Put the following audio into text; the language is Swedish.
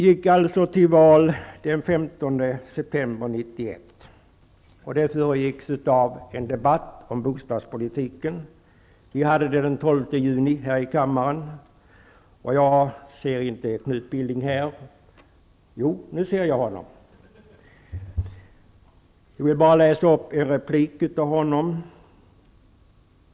1991. Valet föregicks av en debatt om bostadspolitiken. Vi hade en debatt den 12 juni här i riksdagen. Jag vill läsa upp en replik av Knut Billing.